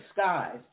Skies